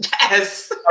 yes